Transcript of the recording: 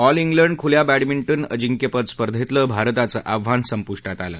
all कांड खुल्या badminton अजिंक्यपद स्पर्धेतलं भारताचं आव्हान संपुष्टात आलं